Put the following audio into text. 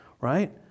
Right